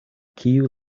kiu